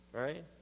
Right